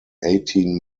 eighteen